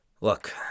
look